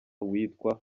uwitwa